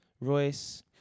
Royce